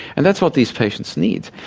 and that's what these patients need.